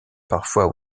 parfois